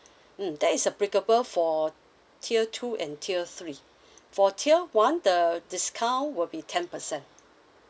mm that is applicable for tier two and tier three for tier one the discount will be ten percent